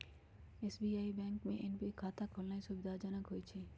SBI bank में NPS खता खोलेनाइ सुविधाजनक होइ छइ